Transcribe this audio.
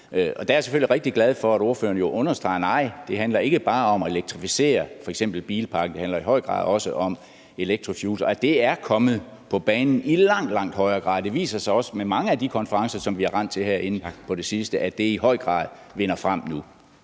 Der er jeg selvfølgelig rigtig glad for, at ordføreren understreger, at nej, det handler ikke bare om at elektrificere f.eks. bilparken. Det handler i høj grad også om electrofuels. Det er kommet på banen i langt, langt højere grad. Det viser sig også i mange af de konferencer, vi har rendt til herinde på det sidste, at det i høj grad vinder frem nu.